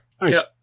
Nice